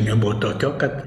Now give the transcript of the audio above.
nebuvo tokio kad